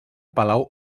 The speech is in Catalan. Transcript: palau